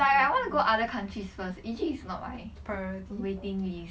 like I want to go other countries first egypt is not my waiting list